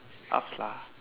upz lah